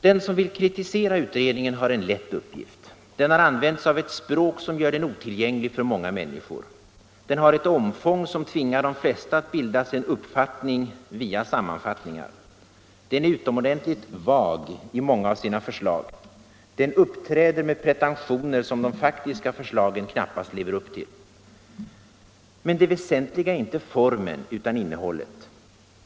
Den som vill kritisera utredningen har en lätt uppgift. Utredningen har använt sig av ett språk som gör den otillgänglig för många människor, och betänkandet har ett omfång som tvingar de flesta att bilda sig en uppfattning via sammanfattningar. Utredningen är utomordentligt vag i många av sina förslag. Den uppträder med pretentioner som de faktiska förslagen knappast lever upp till. Men det väsentliga är inte formen utan innehållet.